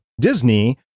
disney